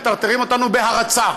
מטרטרים אותנו: "בהרצה"?